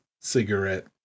cigarette